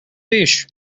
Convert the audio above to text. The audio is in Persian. پیش